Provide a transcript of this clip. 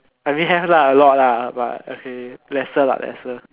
I mean have lah a lot lah but okay lesser lah lesser